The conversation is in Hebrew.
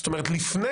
זאת אומרת לפני,